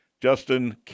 Justin